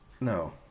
no